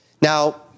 Now